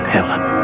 Helen